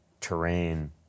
terrain